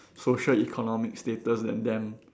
social economic status than them